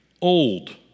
old